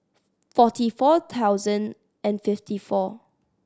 forty four thousand and fifty four